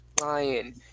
lion